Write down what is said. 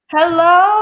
Hello